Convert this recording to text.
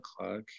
o'clock